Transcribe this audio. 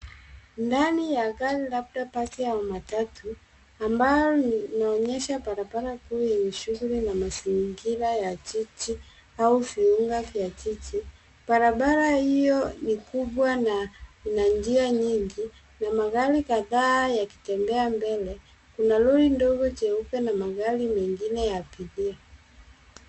Ndani ya gari labda basi ya matatu ambayo inaonyesha barabara kuu yenye shughuli na mazingira ya jiji au viunga vya jiji ,barabara hiyo ni kubwa na njia nyingi na magari kadhaa yakitembea mbele kuna lori ndogo jeupe na magari mengine ya abiria .